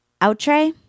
Outre